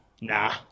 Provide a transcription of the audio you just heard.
Nah